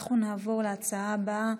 אנחנו נעבור להצעה הבאה